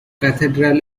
cathedral